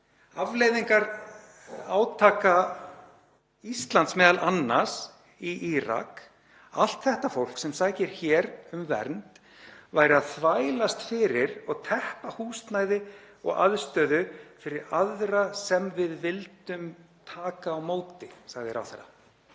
afleiðingar átaka m.a. Íslands í Írak, allt þetta fólk sem sækir hér um vernd, væri að þvælast fyrir og teppa húsnæði og aðstöðu fyrir aðra sem við vildum taka á móti. Það er